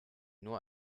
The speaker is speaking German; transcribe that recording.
nur